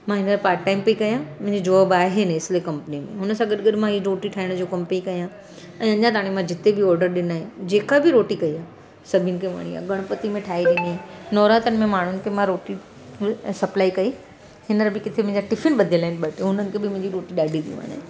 मां हिनमें part time पई कयां मुंहिंजी जॉब आहे नेसले कंपनी में उन सां गॾु गॾु मां हीउ रोटी ठाहिण जो कमु पई कयां ऐं अञा ताणी मां जिते बि ऑडर ॾिना आहिनि जेका बि रोटी कई आहे सभिनि खे वणी आहे गणपति में ठाई ॾिनी नवरात्रनि में माण्हुनि खे मां रोटी सप्लाई कई हीअंर बि किथे मुंहिंजा टिफिन बधियल आहिनि ॿ टे उननि खे बि मुंहिंजी रोटी ॾाढी पई वणे